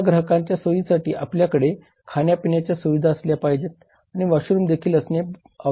आपल्या ग्राहकांच्या सोयीसाठी आपल्याकडे खाण्यापिण्याच्या सुविधा असल्या पाहिजेत आणि वॉशरूम देखील असणे आवश्यक आहे